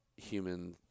Human